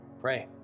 Pray